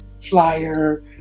flyer